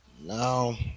Now